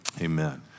amen